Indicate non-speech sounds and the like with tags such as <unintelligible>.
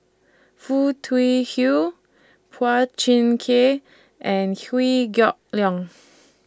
Foo Tui <unintelligible> Phua Thin Kiay and <unintelligible> Geok Leong